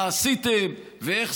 מה עשיתם, בוא נדבר על זה.